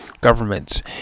governments